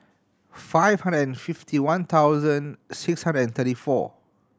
five hundred and fifty one thousand six hundred and thirty four